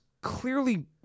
clearly